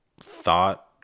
thought